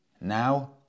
Now